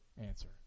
answer